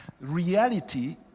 reality